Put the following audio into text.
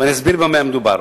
ואני אסביר במה מדובר.